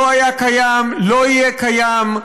לא היה קיים, לא יהיה קיים.